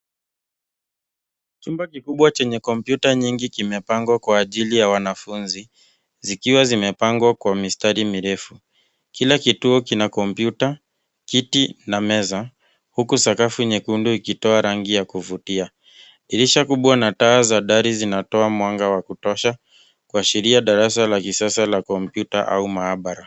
Chumba kikubwa chenye kompyuta nyingi kimepangwa kwa ajili ya wanafunzi zikiwa zimepangwa kwa mistari mirefu. kila kituo kina kompyuta, kiti na meza huku sakafu nyekundu ikitoa rangi ya kuvutia.